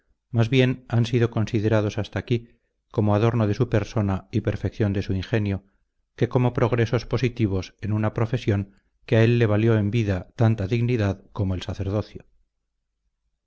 más bien han sido considerados hasta aquí como adorno de su persona y perfección de su ingenio que como progresos positivos en una profesión que a él le valió en vida tanta dignidad como el sacerdocio